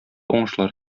уңышлар